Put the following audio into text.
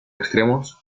extremos